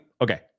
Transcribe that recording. okay